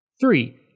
Three